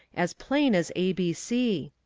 as plain as abc.